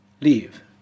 leave